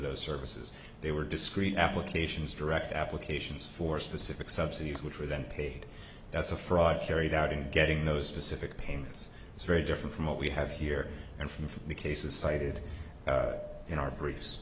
those services they were discrete applications direct applications for specific subsidies which were then paid that's a fraud carried out in getting those specific payments is very different from what we have here and from from the cases cited in our br